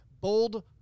bold